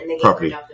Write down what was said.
property